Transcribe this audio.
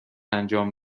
انجام